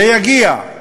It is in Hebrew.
זה יגיע.